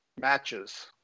matches